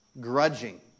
Grudging